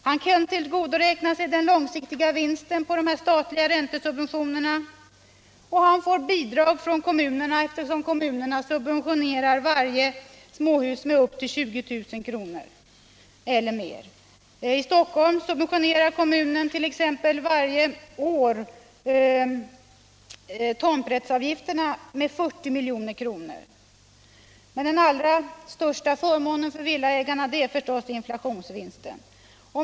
Han kan tillgodoräkna sig den långsiktiga vinsten på de statliga räntesubventionerna, och han får bidrag från kommunerna, eftersom kommunerna subventionerar varje småhus med 20 000 kr. eller mer. I Stockholm subventionerar kommunen t.ex. varje år tomträttsavgifterna med 40 milj.kr. Men den allra största förmånen för villaägarna är inflationsvinsten.